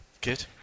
good